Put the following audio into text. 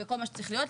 בכל מה שצריך להיות,